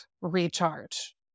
recharge